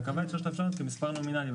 קבע את שלוש האפשרויות כמספר נומינלי.